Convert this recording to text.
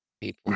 people